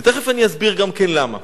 ותיכף אסביר למה.